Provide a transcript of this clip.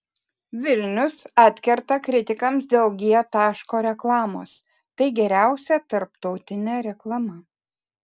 vilnius atkerta kritikams dėl g taško reklamos tai geriausia tarptautinė reklama